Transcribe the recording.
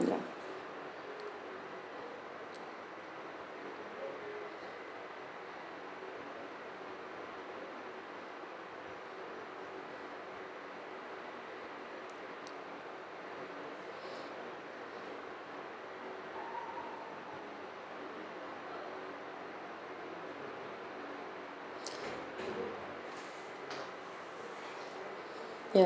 ya